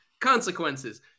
consequences